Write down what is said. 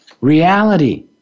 Reality